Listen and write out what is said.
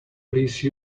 please